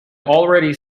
already